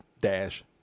dash